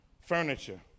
furniture